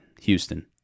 Houston